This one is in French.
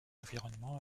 environnement